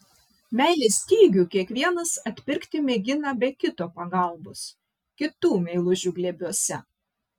meilės stygių kiekvienas atpirkti mėgina be kito pagalbos kitų meilužių glėbiuose